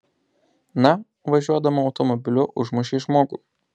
na važiuodama automobiliu užmušei žmogų